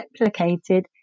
replicated